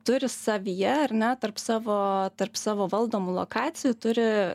turi savyje ar ne tarp savo tarp savo valdomų lokacijų turi